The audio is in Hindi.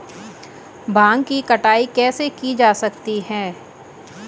भांग की कटाई कैसे की जा सकती है?